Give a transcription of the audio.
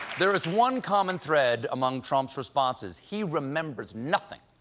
there is one common thread among trump's responses he remembers nothing.